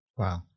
Wow